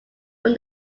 from